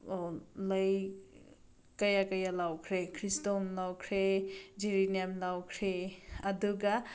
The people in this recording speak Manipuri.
ꯂꯩ ꯀꯌꯥ ꯀꯌꯥ ꯂꯧꯈ꯭ꯔꯦ ꯈ꯭ꯔꯤꯁꯇꯣꯟ ꯂꯧꯈ꯭ꯔꯦ ꯖꯤꯔꯤꯅꯦꯝ ꯂꯧꯈ꯭ꯔꯦ ꯑꯗꯨꯒ